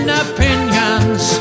opinions